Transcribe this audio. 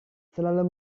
selalu